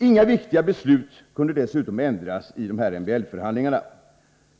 Inga viktiga beslut kunde ändras i dessa MBL förhandlingar.